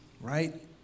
right